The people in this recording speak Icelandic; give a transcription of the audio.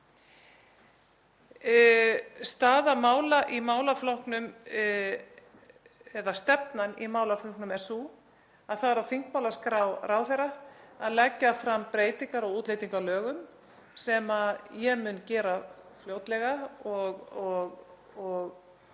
Staða mála í málaflokknum eða stefnan í málaflokknum er sú að það er á þingmálaskrá ráðherra að leggja fram breytingar á útlendingalögum sem ég mun gera fljótlega og biðja